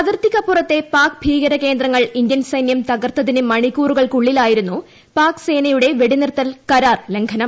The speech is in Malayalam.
അതിർത്തിക്കപ്പുറത്തെ പാക് ഭീകരകേന്ദ്രങ്ങൾ ഇന്ത്യൻ സൈന്യാ തകർത്തതിന് മണിക്കൂറുകൾക്കുള്ളിലായിരുന്നു പാക് സേനയുടെ വെടിനിർത്തൽ കരാർ ലംഘനം